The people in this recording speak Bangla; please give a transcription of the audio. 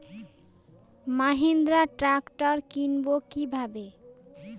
মাহিন্দ্রা ট্র্যাক্টর কিনবো কি ভাবে?